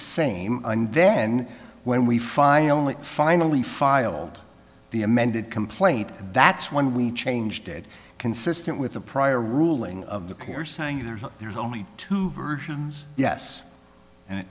same and then when we finally finally filed the amended complaint and that's when we changed it consistent with the prior ruling of the pair saying there's a there's only two versions yes and